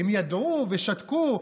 הם ידעו ושתקו?